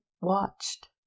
Watched